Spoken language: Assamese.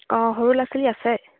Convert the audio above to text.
অঁ সৰু ল'ৰা ছোৱালী আছে